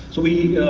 so we